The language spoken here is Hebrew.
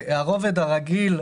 הרובד הרגיל,